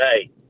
hey